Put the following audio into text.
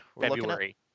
February